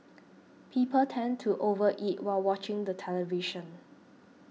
people tend to over eat while watching the television